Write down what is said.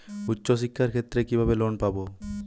উচ্চশিক্ষার ক্ষেত্রে কিভাবে লোন পাব?